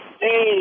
Hey